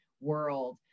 world